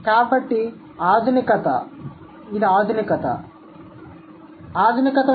కాబట్టి ఆధునికత